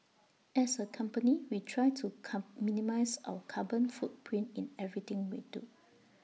as A company we try to come minimise our carbon footprint in everything we do